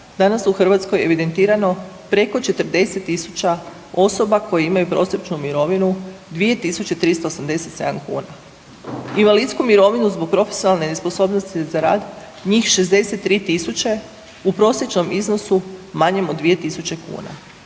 danas u Hrvatskoj evidentirano preko 40.000 osoba koje imaju prosječnu mirovinu 2.387 kuna. Invalidsku mirovinu zbog profesionalne nesposobnosti za rad njih 63.000 u prosječnom iznosu manjem od 2.000 kuna,